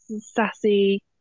sassy